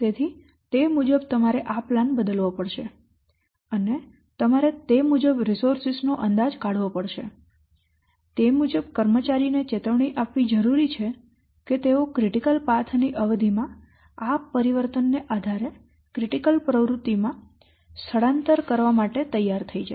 તેથી તે મુજબ તમારે આ પ્લાન બદલવો પડશે અને તમારે તે મુજબ રીસોર્સેસ નો અંદાજ કાઢવો પડશે અને તે મુજબ કર્મચારીને ચેતવણી આપવી જરૂરી છે કે તેઓ ક્રિટિકલ પાથ ની અવધિમાં આ પરિવર્તનને આધારે ક્રિટિકલ પ્રવૃત્તિઓમાં સ્થળાંતર કરવા માટે તૈયાર થાય